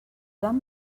van